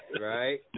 right